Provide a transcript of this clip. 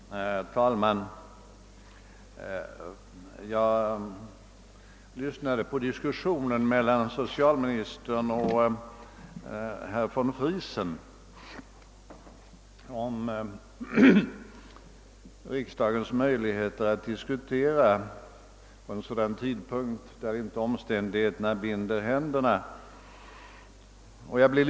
Herr talman! Jag lyssnade på meningsutbytet mellan socialministern och herr von Friesen om riksdagens möjligheter att diskutera vid en tidpunkt då omständigheterna inte ännu i viss mån har bundit våra händer.